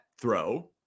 throw